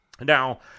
Now